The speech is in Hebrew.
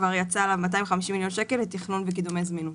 כבר יצאו עליו 250 מיליון שקלים לתכנון וקידומי זמינות.